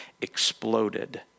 exploded